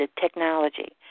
technology